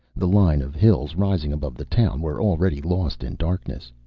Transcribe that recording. the line of hills rising above the town were already lost in darkness.